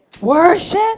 Worship